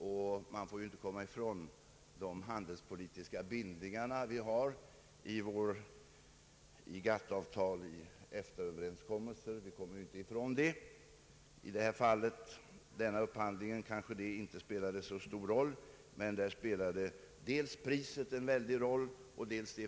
Vi kan heller inte komma ifrån de handelspoltiska bindningar vi har i GATT-avtalet och EFTA-överenskommelsen. I det nu diskuterade upphandlingsfallet kanske detta inte spelade så stor roll, men priset hade en avgörande betydelse.